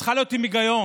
צריכה להיות עם היגיון,